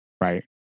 Right